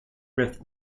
rift